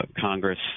congress